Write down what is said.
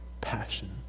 passion